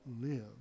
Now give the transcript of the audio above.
live